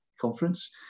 conference